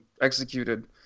executed